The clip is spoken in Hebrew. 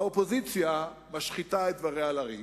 האופוזיציה משחיתה את דבריה לריק,